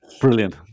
Brilliant